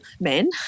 men